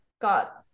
got